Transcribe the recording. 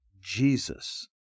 Jesus